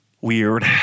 weird